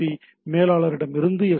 B மேலாளரிடமிருந்து S